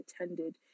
attended